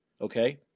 Okay